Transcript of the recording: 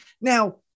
Now